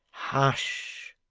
hush!